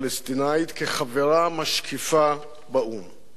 הכירה עצרת האומות המאוחדות במדינה פלסטינית כחברה משקיפה באו"ם.